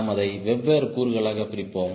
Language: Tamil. நாம் அதை வெவ்வேறு கூறுகளாக பிரிப்போம்